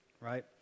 right